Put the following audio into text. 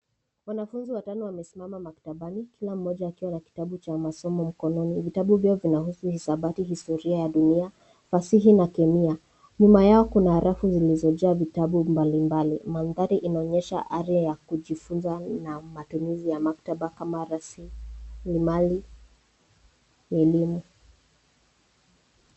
Wanafunzi watano wamesimama maktabani. Kila mmoja akiwa na kitabu cha masomo mkononi. Vitabu vyao vinahusu hisabati, historia ya dunia, fasihi, na kemia. Nyuma yao kuna rafu zilizojaa vitabu mbali mbali. Mandhari inaonyesha hali ya kujifunza na matumizi ya maktaba kama rasilimali ya elimu.